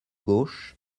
gauche